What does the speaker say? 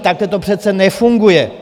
Takhle to přece nefunguje.